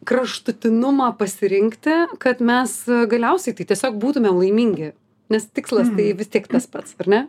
kraštutinumą pasirinkti kad mes galiausiai tai tiesiog būtumėm laimingi nes tikslas tai vis tiek tas pats ar ne